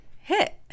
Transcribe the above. hit